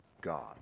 God